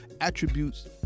attributes